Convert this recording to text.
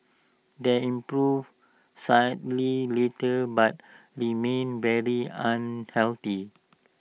they improved slightly later but remained very unhealthy